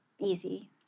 easy